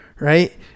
right